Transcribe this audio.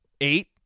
Eight